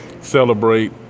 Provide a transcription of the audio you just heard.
celebrate